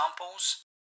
examples